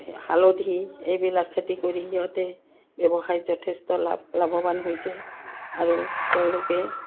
হালধি এইবিলাক খেতি কৰি সিহঁতে ব্যৱসায়ত যথেষ্ট লাভ লাভৱান হৈছে আৰু তেওঁলোকে